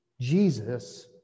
Jesus